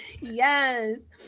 yes